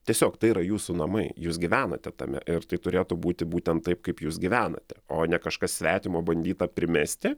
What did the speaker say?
tiesiog tai yra jūsų namai jūs gyvenate tame ir tai turėtų būti būtent taip kaip jūs gyvenate o ne kažkas svetimo bandyta primesti